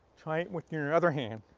try it with your other hand.